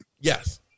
Yes